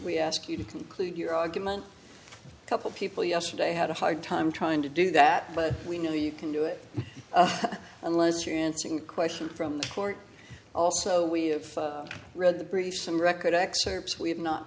we ask you to conclude your argument a couple people yesterday had a hard time trying to do that but we know you can do it unless you're answering questions from the court also we've read the briefs and record excerpts we have not